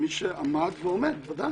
מי שעמד ועומד, בוודאי.